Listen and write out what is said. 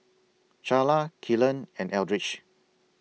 Charla Kelan and Eldridge